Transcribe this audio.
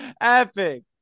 Epic